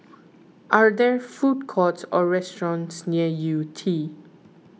are there food courts or restaurants near Yew Tee